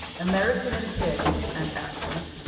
american in appearance and accent,